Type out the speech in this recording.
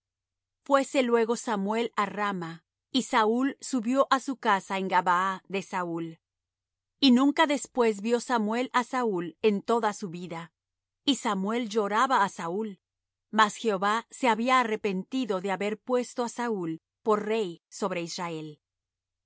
fuése luego samuel á rama y saúl subió á su casa en gabaa de saúl y nunca después vió samuel á saúl en toda su vida y samuel lloraba á saúl mas jehová se había arrepentido de haber puesto á saúl por rey sobre israel